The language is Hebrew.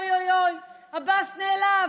אוי אוי אוי, עבאס נעלב.